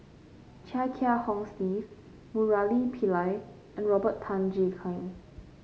Chia Kiah Hong Steve Murali Pillai and Robert Tan Jee Keng